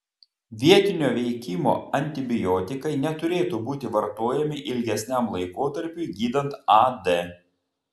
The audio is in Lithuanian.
vietinio veikimo antibiotikai neturėtų būti vartojami ilgesniam laikotarpiui gydant ad